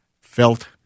felt